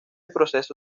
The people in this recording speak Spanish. proceso